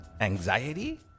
anxiety